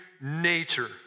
nature